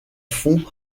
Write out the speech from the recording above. fonds